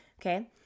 Okay